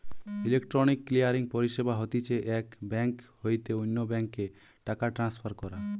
electronic clearing পরিষেবা হতিছে এক বেঙ্ক হইতে অন্য বেঙ্ক এ টাকা ট্রান্সফার করা